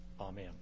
Amen